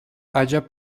ача